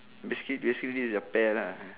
basically basically this is a pair lah